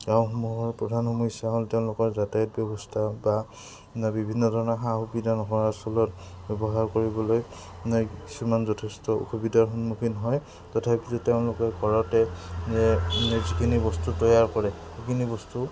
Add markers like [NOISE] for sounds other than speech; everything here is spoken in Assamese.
গাঁওসমূহৰ প্ৰধান সমস্যা হ'ল তেওঁলোকৰ যাতায়ত ব্যৱস্থা বা বিভিন্ন ধৰণৰ সা সুবিধা [UNINTELLIGIBLE] কৰিবলৈ কিছুমান যথেষ্ট অসুবিধাৰ সন্মুখীন হয় তথাপিতো তেওঁলোকে ঘৰতে যিখিনি বস্তু তৈয়াৰ কৰে সেইখিনি বস্তু